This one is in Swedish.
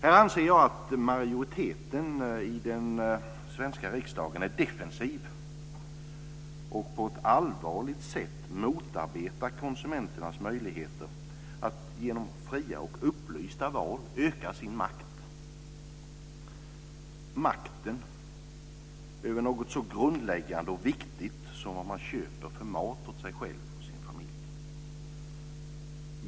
Här anser jag att majoriteten i den svenska riksdagen är defensiv och på ett allvarligt sätt motarbetar konsumenternas möjligheter att genom fria och upplysta val öka sin makt över något så grundläggande och viktigt som vad man köper för mat åt sig själv och sin familj.